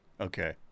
okay